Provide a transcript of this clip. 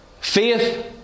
Faith